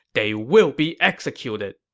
they will be executed.